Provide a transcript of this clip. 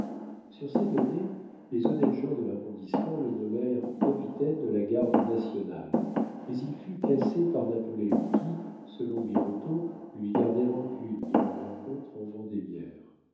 sur ces données les honnêtes gens de l'arrondissement le nommèrent capitaine de la garde nationale mais il fut cassé par napoléon qui selon birotteau lui gardait rancune de leur rencontre en vendémiaire